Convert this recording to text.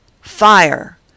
fire